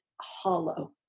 hollow